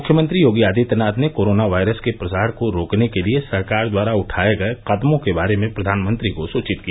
मुख्यमंत्री योगी आदित्यनाथ ने corona virus के प्रसार को रोकने के लिए सरकार द्वारा उठाए गए कदमों के बारे में प्रधानमंत्री को सूचित किया